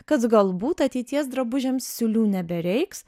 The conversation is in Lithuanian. kad galbūt ateities drabužiams siūlių nebereiks